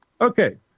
Okay